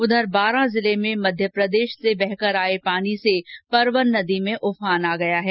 उधर बांरा जिले में मध्यप्रदेश से बहकर आए पानी से परवन नदी में उफान आ गया है